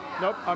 Nope